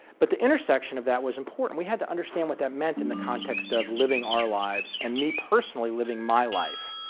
but the intersection of that was important. we had to understand what that meant in the context of living our lives, and me personally living my life,